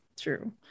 true